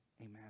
Amen